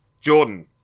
Jordan